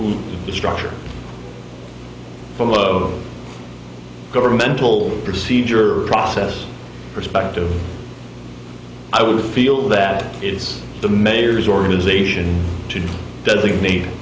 from the structure governmental procedure process perspective i would feel that it's the mayor's organization to designate